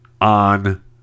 on